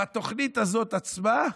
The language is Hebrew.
ובתוכנית הזאת עצמה,